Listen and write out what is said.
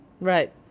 Right